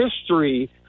history